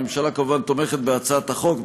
הממשלה כמובן תומכת בהצעת החוק,